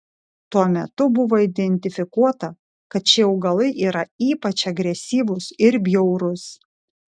tuo metu buvo identifikuota kad šie augalai yra ypač agresyvūs ir bjaurūs